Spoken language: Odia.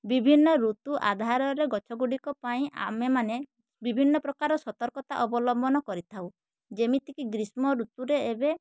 ବିଭିନ୍ନ ଋତୁ ଆଧାରରେ ଗଛ ଗୁଡ଼ିକ ପାଇଁ ଆମେ ମାନେ ବିଭିନ୍ନ ପ୍ରକାର ସତର୍କତା ଅବଲମ୍ବନ କରିଥାଉ ଯେମିତି କି ଗ୍ରୀଷ୍ମଋତୁରେ ଏବେ